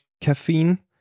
caffeine